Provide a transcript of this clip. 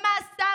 במעשיו,